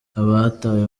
abatawe